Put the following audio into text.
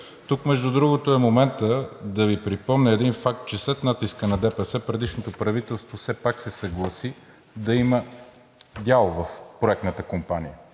Тук, между другото, е моментът да Ви припомня един факт, че след натиска на ДПС предишното правителство все пак се съгласи да има дял в проектната компания